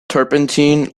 turpentine